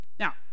Now